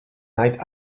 night